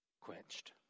quenched